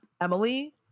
Emily